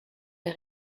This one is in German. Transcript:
der